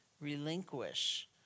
relinquish